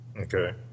Okay